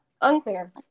Unclear